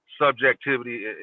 subjectivity